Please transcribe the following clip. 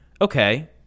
okay